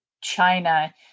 China